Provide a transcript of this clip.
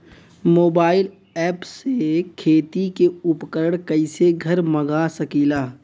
Mobile ऐपसे खेती के उपकरण कइसे घर मगा सकीला?